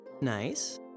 Nice